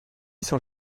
sans